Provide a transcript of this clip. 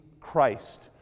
Christ